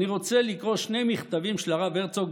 אני רוצה לקרוא שני מכתבים של הרב הרצוג,